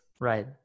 Right